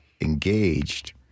engaged